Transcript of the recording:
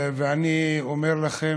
ואני אומר לכם,